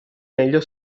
meglio